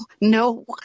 no